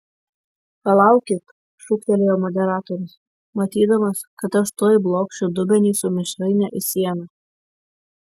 palaukit šūktelėjo moderatorius matydamas kad aš tuoj blokšiu dubenį su mišraine į sieną